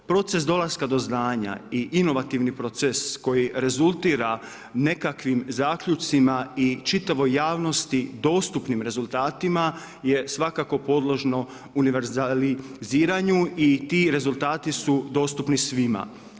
Proces dolaska do znanja i inovativni proces koji rezultira nekakvim zaključcima i čitavoj javnosti dostupnim rezultatima je svakako podložno univerzaliziranju i ti rezultati su dostupni svima.